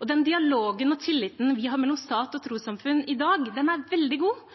Den dialogen og tilliten vi har mellom stat og trossamfunn i dag, er veldig god,